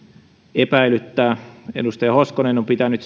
epäilyttää edustaja hoskonen on pitänyt